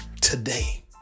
today